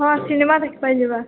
ହଁ ସିନେମା ଦେଖିପାଇଁ ଯିବା